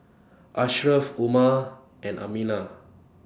Ashraf Umar and Aminah